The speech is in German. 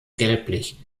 gelblich